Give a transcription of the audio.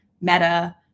Meta